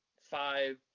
five